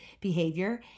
behavior